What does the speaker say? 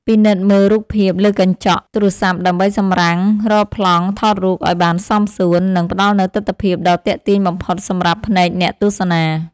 ពិនិត្យមើលរូបភាពលើកញ្ចក់ទូរសព្ទដើម្បីសម្រាំងរកប្លង់ថតរូបឱ្យបានសមសួន និង ផ្តល់នូវទិដ្ឋភាពដ៏ទាក់ទាញបំផុតសម្រាប់ភ្នែកអ្នកទស្សនា។